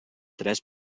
tres